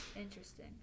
Interesting